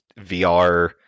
vr